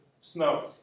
snow